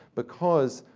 because,